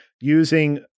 using